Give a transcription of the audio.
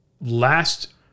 last